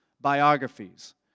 biographies